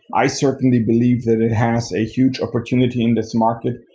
i certainly believe that it has a huge opportunity in this market.